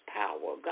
power